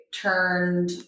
turned